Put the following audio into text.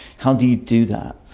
how do you do that?